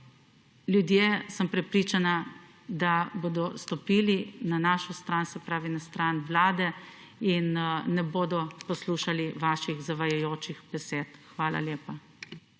ljudje, sem prepričana, da bodo stopili na našo stran, se pravi, na stran Vlade in ne bodo poslušali vaših zavajajočih besed. Hvala lepa.